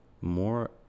more